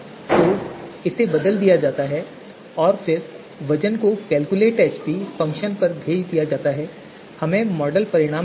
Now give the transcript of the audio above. तो इसे बदल दिया जाता है और फिर वज़न को कैलकुलेटएएचपी फ़ंक्शन पर भेज दिया जाता है और हमें मॉडल परिणाम मिलेगा